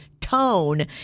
tone